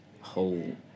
whole